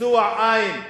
ביצוע אין.